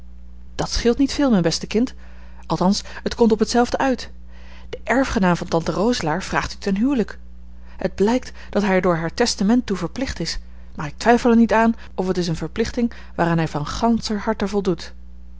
dat scheelt niet veel mijn beste kind althans het komt op hetzelfde uit de erfgenaam van tante roselaer vraagt u ten huwelijk het blijkt dat hij er door haar testament toe verplicht is maar ik twijfel er niet aan of het is eene verplichting waaraan hij van ganscher harte voldoet